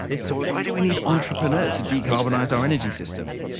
so why do we need entrepreneurs to decarbonise our energy system?